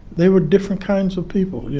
they were different kinds of people, you